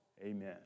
Amen